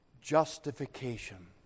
justification